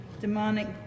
demonic